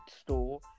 store